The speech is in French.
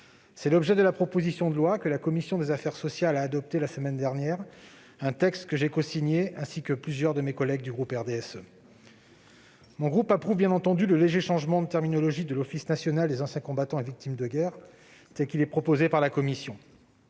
C'est l'objet de la proposition de loi que la commission des affaires sociales a adoptée la semaine dernière, un texte que j'ai cosigné ainsi que plusieurs de mes collègues du groupe RDSE. Mon groupe approuve bien entendu le léger changement de terminologie de l'Office national des anciens combattants et victimes de guerre, tel qu'il est proposé par la commission.